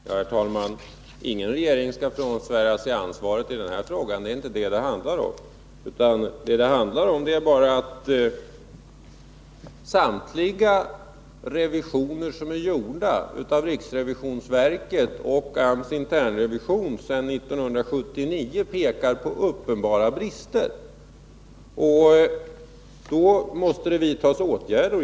Herr talman! Ingen regering skall frånsvära sig ansvaret i denna fråga. Det ärinte det det handlar om. Vad det handlar om är bara att samtliga revisioner som är gjorda sedan 1979 av riksrevisionsverket och AMS internrevision pekar på uppenbara brister. Då måste det vidtas åtgärder.